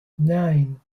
nine